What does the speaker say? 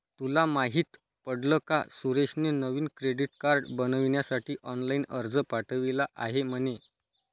तुला माहित पडल का सुरेशने नवीन क्रेडीट कार्ड बनविण्यासाठी ऑनलाइन अर्ज पाठविला आहे म्हणे